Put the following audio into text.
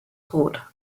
brot